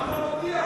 גם ב"המודיע".